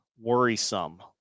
worrisome